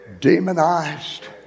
demonized